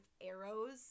arrows